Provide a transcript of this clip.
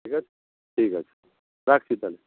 ঠিক আছে ঠিক আছে রাখছি তালে